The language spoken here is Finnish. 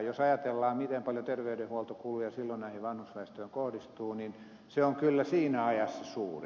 jos ajatellaan miten paljon terveydenhuoltokuluja silloin vanhusväestöön kohdistuu niin se on kyllä siinä ajassa suuri